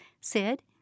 Sid